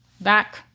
back